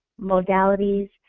modalities